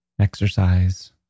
Exercise